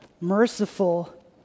merciful